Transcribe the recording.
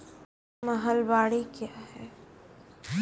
महलबाडी क्या हैं?